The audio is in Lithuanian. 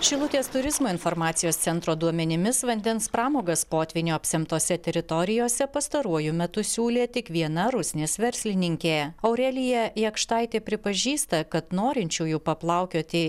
šilutės turizmo informacijos centro duomenimis vandens pramogas potvynio apsemtose teritorijose pastaruoju metu siūlė tik viena rusnės verslininkė aurelija jakštaitė pripažįsta kad norinčiųjų paplaukioti